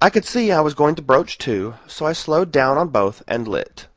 i could see i was going to broach to, so i slowed down on both, and lit.